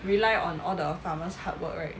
rely on all the farmers hard work right